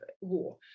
war